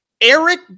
Eric